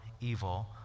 evil